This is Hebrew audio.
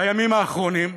בימים האחרונים,